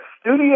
Studio